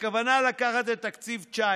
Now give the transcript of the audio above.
"הכוונה לקחת את תקציב 2019